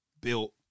built